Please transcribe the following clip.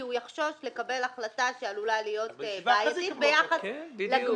הוא יחשוש לקבל החלטה שעלולה להיות בעייתית ביחס לגמ"חים.